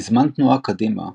בזמן תנועה קדימה,